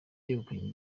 yegukanye